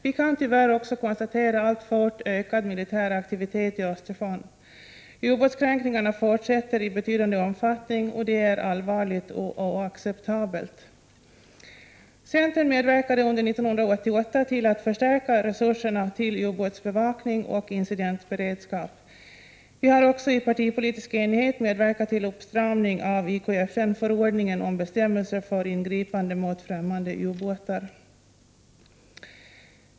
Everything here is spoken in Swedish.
Vi kan tyvärr också konstatera ökad militär aktivitet i Östersjön. Ubåtskränkningarna fortsätter i betydande omfattning. Det är allvarligt och oacceptabelt. Centern medverkade under 1988 till att förstärka resurserna till ubåtsbevakning och incidentberedskap. Vi har i partipolitisk enighet medverkat till uppstramning av IFKN-förordningen om bestämmelser för ingripande mot främmande ubåtar.